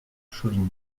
chauvigny